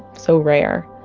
so rare?